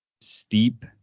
steep